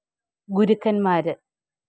ഗുരുക്കന്മാർ